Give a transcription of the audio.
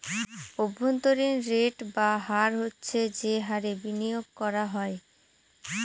অভ্যন্তরীন রেট বা হার হচ্ছে যে হারে বিনিয়োগ করা হয়